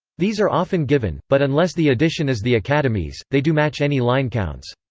these are often given, but unless the edition is the academy's, they do match any line counts.